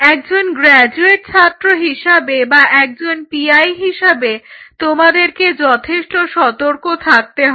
একজন গ্র্যাজুয়েট ছাত্র হিসাবে বা একজন পিআই হিসাবে তোমাদেরকে যথেষ্ট সতর্ক থাকতে হবে